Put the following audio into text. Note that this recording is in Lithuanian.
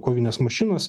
kovinės mašinos